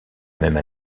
même